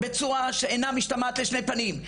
בצורה שאינה משתמעת לשני פנים,